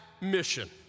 mission